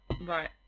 Right